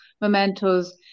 mementos